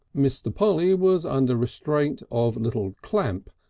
mr. polly was under restraint of little clamp,